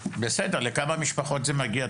בסדר, לכמה משפחות זה מגיע?